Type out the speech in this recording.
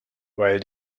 while